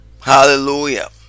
hallelujah